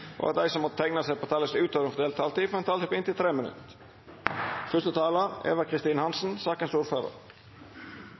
og dei som måtte teikna seg på talarlista utover den fordelte taletida, får ei taletid på inntil 3 minutt.